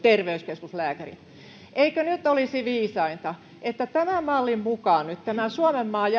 ja terveyskeskuslääkärit eikö nyt olisi viisainta että tämän mallin mukaan nämä suomenmaan